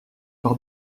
par